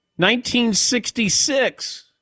1966